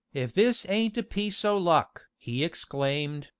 if this ain't a piece o' luck! he exclaimed,